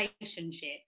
relationship